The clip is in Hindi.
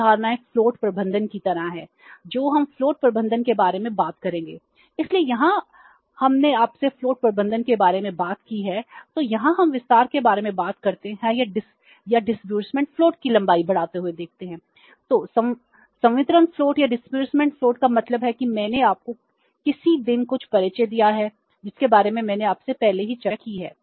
अब हम टेबल का मतलब है कि मैंने आपको किसी दिन कुछ परिचय दिया है जिसके बारे में मैंने आपसे पहले ही चर्चा की है